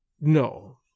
No